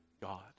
God